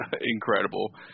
incredible